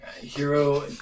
Hero